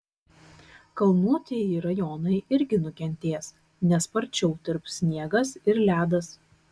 kalnuotieji rajonai irgi nukentės nes sparčiau tirps sniegas ir ledas